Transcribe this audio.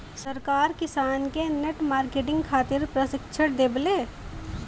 सरकार किसान के नेट मार्केटिंग खातिर प्रक्षिक्षण देबेले?